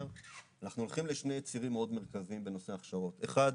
אנחנו הולכים לשני צירים מאוד מרכזיים בנושא הכשרות: אחד,